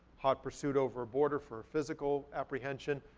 hot pursuit over a border for a physical apprehension,